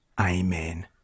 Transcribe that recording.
Amen